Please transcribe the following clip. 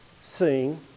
sing